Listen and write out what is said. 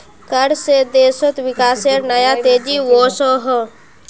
कर से देशोत विकासेर नया तेज़ी वोसोहो